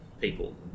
people